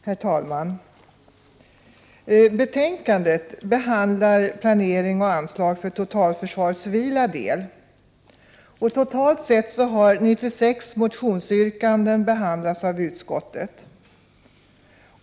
Herr talman! Försvarsutskottets betänkande 12 behandlar planering och anslag för totalförsvarets civila del. Sammantaget har 96 motionsyrkanden behandlats av utskottet.